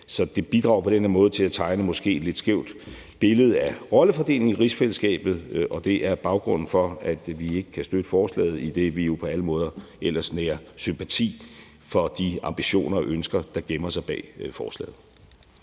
Så det bidrager på den her måde måske til at tegne et lidt skævt billede af rollefordelingen i rigsfællesskabet, og det er baggrunden for, at vi ikke kan støtte forslaget, selv om vi jo på alle måder ellers nærer sympati for de ambitioner og ønsker, der gemmer sig bag forslaget.